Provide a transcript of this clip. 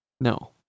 No